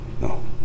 No